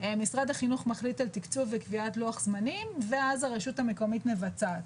משרד החינוך מחליט על תקצוב וקביעת לוח זמנים; ואז הרשות המקומית מבצעת.